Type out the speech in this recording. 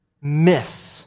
miss